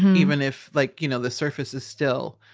even if, like, you know, the surface is still,